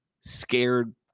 scared